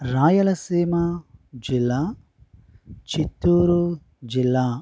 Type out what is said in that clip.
రాయలసీమ జిల్లా చిత్తూరు జిల్లా